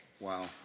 Wow